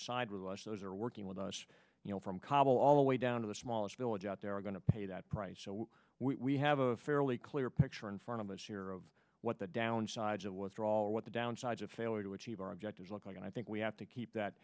side with us those are working with us you know from kabul all the way down to the smallest village out there are going to pay that price so we have a fairly clear picture in front of us here of what the downsides of what's wrong what the downsides of failing to achieve our objectives look like and i think we have to keep that